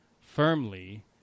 firmly